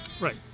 Right